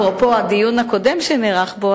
אפרופו הדיון הקודם שנערך פה,